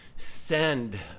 send